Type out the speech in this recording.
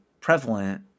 prevalent